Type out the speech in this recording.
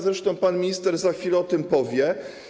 Zresztą pan minister za chwilę o tym powie.